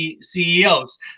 CEOs